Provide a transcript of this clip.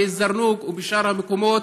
בזרנוק ובשאר המקומות,